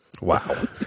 Wow